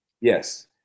Yes